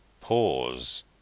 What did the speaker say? pause